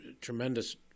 tremendous